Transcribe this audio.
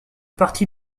partie